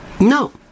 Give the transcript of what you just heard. No